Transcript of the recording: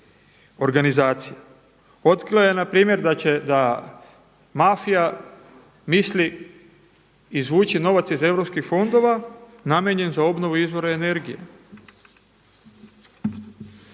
Otkrila je na primjer da mafija misli izvući novac iz EU namijenjen za obnovu izvora energije.